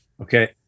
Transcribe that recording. Okay